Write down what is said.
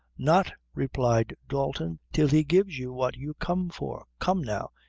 not, replied dalton, till he gives you what you come for. come now,